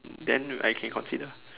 then I can consider